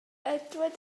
edward